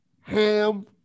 Ham